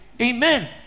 Amen